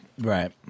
Right